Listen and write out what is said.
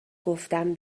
گفتم